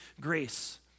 grace